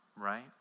right